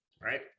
right